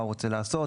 מה הוא רוצה לעשות,